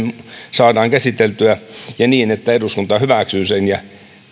saadaan käsiteltyä niin että eduskunta hyväksyy sen ja